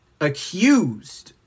accused